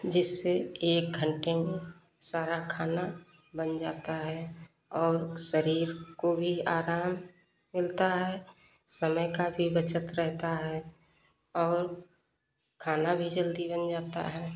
जिससे एक घंटे में सारा खाना बन जाता है और शरीर को भी आराम मिलता है समय का भी बचत रहता है और खाना भी जल्दी बन जाता है